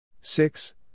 Six